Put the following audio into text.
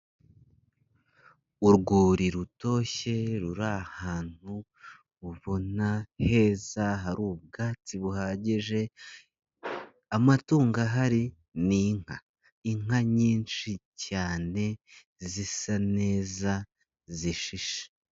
Urwuri rutoshye ruri ahantu ubona heza hari ubwatsi buhagije, amatungo ahari ni inka. Inka nyinshi cyane zisa neza zishishe.